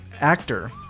actor